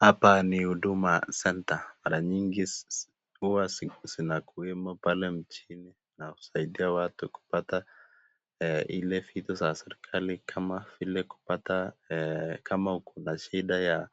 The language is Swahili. Hapa ni Huduma Center mara mingi zinakuwemo pale mjini na zinasaidia watu kupata ile vitu za serekali kama vile kupata kama kuna shida na